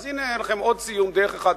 אז הנה לכם עוד ציון דרך.